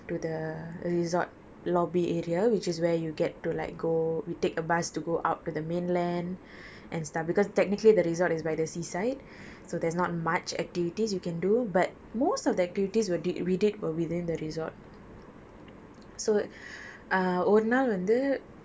so err and கிட்டையும் இருந்துச்சு:kittaiyum irunthuchu we were able to walk lah to the resort lobby area which is where you get to like go we take a bus to go out to the mainland and stuff because technically the resort is by the seaside so there's not much activities you can do but most of the activities were we did were within the resort